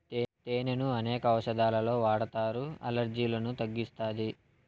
తేనెను అనేక ఔషదాలలో వాడతారు, అలర్జీలను తగ్గిస్తాది